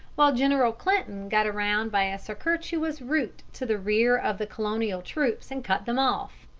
while general clinton got around by a circuitous route to the rear of the colonial troops and cut them off.